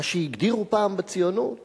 מה שהגדירו פעם בציונות